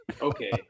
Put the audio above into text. Okay